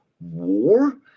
war